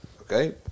Okay